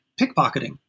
pickpocketing